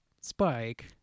Spike